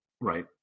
Right